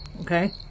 Okay